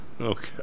Okay